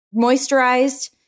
moisturized